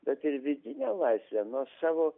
bet ir vidinę laisvę nuo savo